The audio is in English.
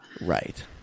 right